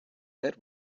that